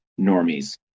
normies